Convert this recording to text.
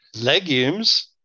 Legumes